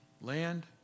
Land